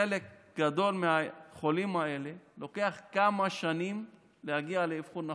לחלק גדול מהחולים האלה לוקח כמה שנים להגיע לאבחון נכון.